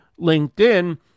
LinkedIn